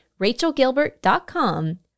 RachelGilbert.com